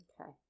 Okay